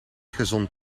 gezond